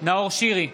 נאור שירי,